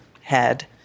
head